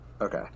Okay